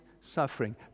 suffering